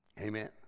amen